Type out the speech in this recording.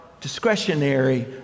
discretionary